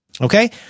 Okay